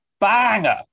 banger